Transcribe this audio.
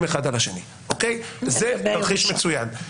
זה תרחיש מצוין.